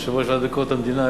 יושב-ראש הוועדה לביקורת המדינה,